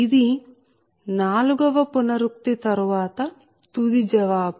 ఇది నాలుగవ పునరుక్తి తరువాత తుది జవాబు